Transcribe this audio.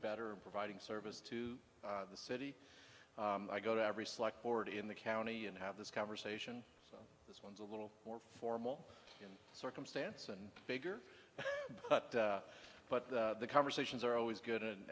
better in providing service to the city i go to every select board in the county and have this conversation so this one's a little more formal in circumstance and bigger but but the conversations are always good